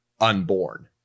unborn